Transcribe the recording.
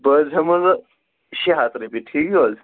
بہٕ حظ ہیٚمو تۄہہِ شےٚ ہتھ رۄپیہ ٹھیٖک چھ حظ